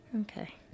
Okay